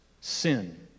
sin